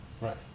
Right